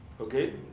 Okay